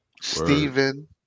Stephen